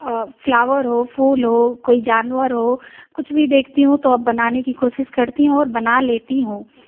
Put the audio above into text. flower हो फूल हो कोई जानवर हो कुछ भी देखती हूँ तो अब बनाने की कोशिश करती हूँ और बना लेती हूँ